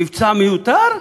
מבצע מיותר.